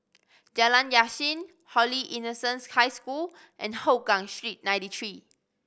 Jalan Yasin Holy Innocents' High School and Hougang Street Ninety Three